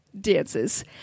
Dances